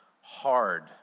hard